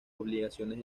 obligaciones